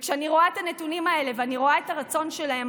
כשאני רואה את הנתונים האלה ואני רואה את הרצון שלהן,